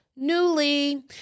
Newly